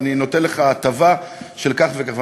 ואני נותן לך הטבה של כך וכך.